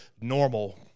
normal